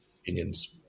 opinions